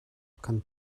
kan